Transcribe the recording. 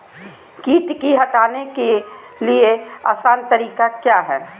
किट की हटाने के ली आसान तरीका क्या है?